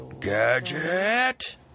Gadget